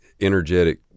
energetic